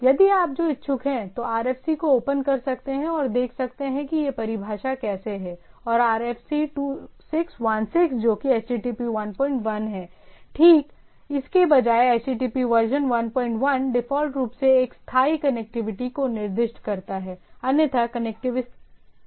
यदि आप जो इच्छुक हैं तो RFC को ओपन कर सकते हैं और देख सकते हैं कि यह परिभाषा कैसे है और RFC 2616 जो कि HTTP 11 है ठीक इसके बजाय HTTP वर्जन 11 डिफ़ॉल्ट रूप से एक स्थायी कनेक्टिविटी को निर्दिष्ट करता है अन्यथा कनेक्टिविटी स्थिर नहीं होगी